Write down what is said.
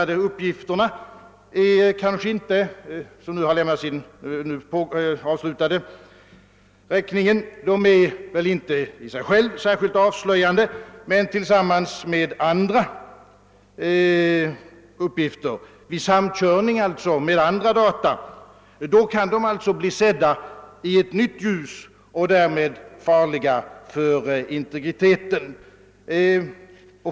De uppgifter som har lämnats i samband med den nu avslutade räkningen är väl inte i sig själva särskilt avslöjande, men tillsammans med andra uppgifter — alltså vid samkörning med andra data — kan de bli sedda i ett nytt ljus och därmed vara farliga för integriteten.